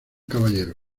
caballero